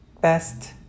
best